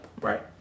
Right